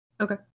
Okay